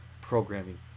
programming